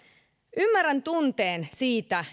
ymmärrän tunteen siitä